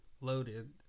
loaded